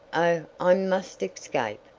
oh, i must escape!